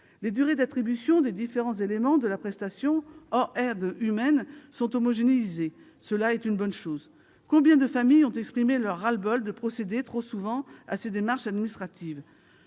Les durées d'attribution des différents éléments de la prestation, hors aide humaine, sont homogénéisées, ce qui est une bonne chose. En effet, combien de familles ont exprimé leur ras-le-bol de procéder trop souvent à ces démarches administratives ?